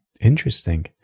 interesting